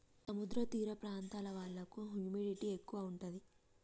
సముద్ర తీర ప్రాంతాల వాళ్లకు హ్యూమిడిటీ ఎక్కువ ఉంటది